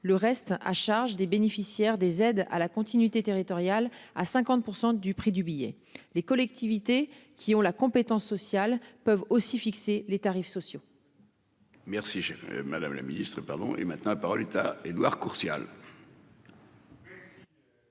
le reste à charge des bénéficiaires des aides à la continuité territoriale à 50% du prix du billet. Les collectivités qui ont la compétence sociale peuvent aussi fixer les tarifs sociaux. Merci chéri, madame la Ministre, pardon. Et maintenant, la parole est à Édouard Courtial.